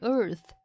Earth